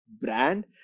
brand